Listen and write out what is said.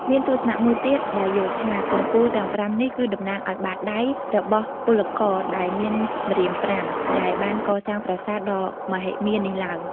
មានទស្សនៈមួយទៀត ដែលយល់ថា កំពូលទាំងប្រាំនេះ គឺតំណាងឱ្យបាតដៃរបស់ពលករដែលមានម្រាមដៃប្រាំ ដែលបានកសាងប្រាសាទដ៏មហិមានេះឡើង។